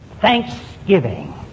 Thanksgiving